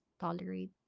tolerate